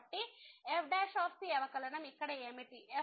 కాబట్టి f అవకలనం ఇక్కడ ఏమిటి